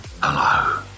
Hello